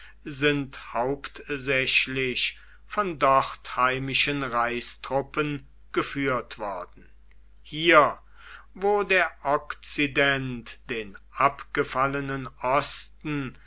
sind hauptsächlich von dort heimischen reichstruppen geführt worden hier wo der okzident den abgefallenen osten